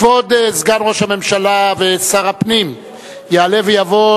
אחת משתיים, כבוד השר, השואל לא נמצא